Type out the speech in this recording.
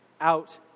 out